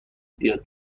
بیاد